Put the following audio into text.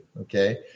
Okay